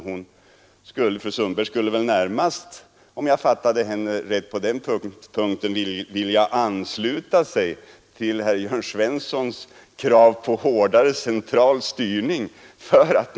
Fru Sundberg skulle väl därför närmast, om jag fattade henne rätt på den punkten, vilja ansluta sig till Jörn Svenssons krav på hårdare central styrning.